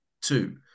two